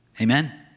Amen